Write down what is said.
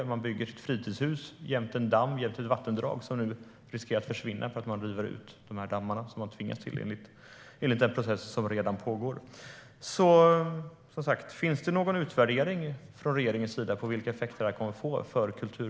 Människor bygger sitt fritidshus jämte en damm eller ett vattendrag som nu riskerar att försvinna när man tvingas riva dammarna i den process som redan pågår.